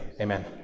Amen